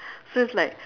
so it's like